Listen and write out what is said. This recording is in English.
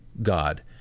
god